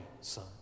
son